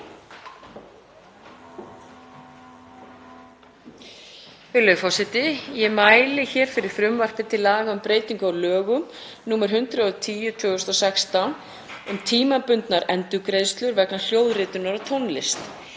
forseti. Ég mæli hér fyrir frumvarpi til laga um breytingu á lögum nr. 110/2016, um tímabundnar endurgreiðslur vegna hljóðritunar á tónlist.